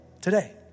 today